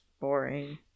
boring